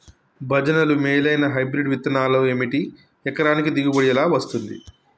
భజనలు మేలైనా హైబ్రిడ్ విత్తనాలు ఏమిటి? ఎకరానికి దిగుబడి ఎలా వస్తది?